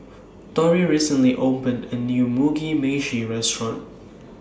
Torrie recently opened A New Mugi Meshi Restaurant